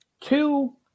Two